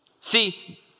See